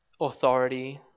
authority